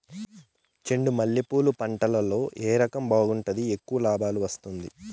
చెండు మల్లె పూలు పంట లో ఏ రకం బాగుంటుంది, ఎక్కువగా లాభాలు వస్తుంది?